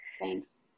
Thanks